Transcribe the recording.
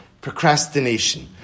Procrastination